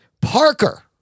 Parker